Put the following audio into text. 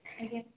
ଆଜ୍ଞା